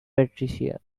patricia